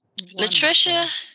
Latricia